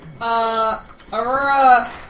Aurora